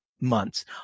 months